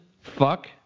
Fuck